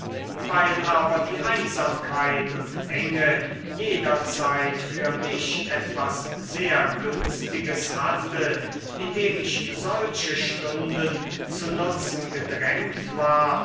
weil aber die einsamkeit und enge jederzeit für mich etwas sehr günstiges hatte indem ich solche stunden zu nutzen gedrängt war